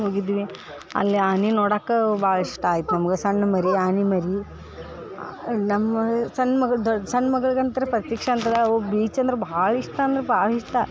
ಹೋಗಿದ್ವಿ ಅಲ್ಲಿ ಆನೆ ನೋಡಕ್ಕ ಭಾಳ ಇಷ್ಟ ಆಯ್ತು ನಮ್ಗೆ ಸಣ್ಣ ಮರಿ ಆನೆಮರಿ ನಮ್ಮ ಸಣ್ಣ ಮಗ್ಳು ದೊ ಸಣ್ಣ ಮಗ್ಳಿಗೆ ಅಂತ್ರ ಪ್ರತೀಕ್ಷಾ ಅಂತಿದಾಳ್ ಅವ್ಳ್ಗೆ ಬೀಚ್ ಅಂದ್ರೆ ಭಾಳ ಇಷ್ಟ ಅಂದರೆ ಭಾಳ ಇಷ್ಟ